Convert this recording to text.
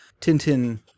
Tintin